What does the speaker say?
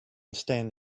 stand